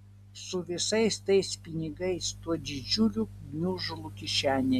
su visais tais pinigais tuo didžiuliu gniužulu kišenėje